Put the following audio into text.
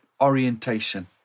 orientation